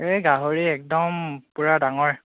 এই গাহৰি একদম পূৰা ডাঙৰ